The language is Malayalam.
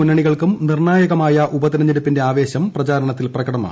മുന്നണികൾക്കും നിർണായകമായ ഉപതെരഞ്ഞെടുപ്പിന്റെ ആവേശം പ്രചാരണത്തിൽ പ്രകടമാണ്